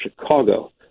Chicago